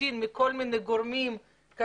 אנשים מקבלים דוח,